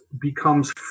becomes